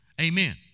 Amen